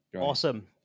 Awesome